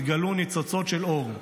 התגלו ניצוצות של אור,